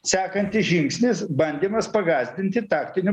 sekantis žingsnis bandymas pagąsdinti taktiniu